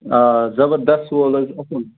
آ زَبردَس وول حظ چھُ اکُے